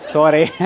Sorry